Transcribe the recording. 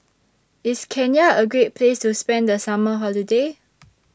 IS Kenya A Great Place to spend The Summer Holiday